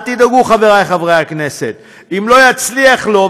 אל תדאגו חבריי חברי הכנסת: אם לא יצליח לו,